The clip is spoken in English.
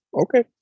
Okay